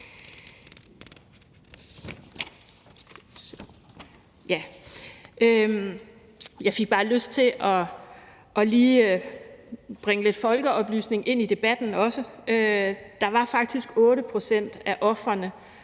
Jeg får bare lyst til også lige at bringe lidt folkeoplysning ind i debatten, for der var faktisk 8 pct. af ofrene